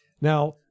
Now